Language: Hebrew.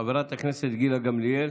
חברת הכנסת גילה גמליאל,